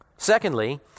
Secondly